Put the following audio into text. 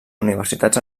universitats